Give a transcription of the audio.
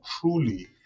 truly